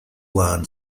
land